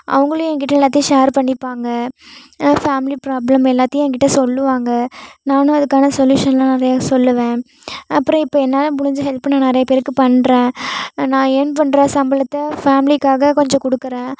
அவங்களும் எங்கிட்டே எல்லாத்தையும் ஷேர் பண்ணிப்பாங்க ஃபேமிலி ப்ராப்ளம் எல்லாத்தையும் எங்கிட்டே சொல்வாங்க நானும் அதுக்கான சொல்யூஷன்லாம் நிறைய சொல்வேன் அப்பறம் இப்போ என்னால் முடிஞ்ச ஹெல்ப் நான் நிறைய பேருக்கு பண்ணுறேன் நான் ஏர்ன் பண்ணுற சம்பளத்தை ஃபேமிலிக்காக கொஞ்சம் கொடுக்கறேன்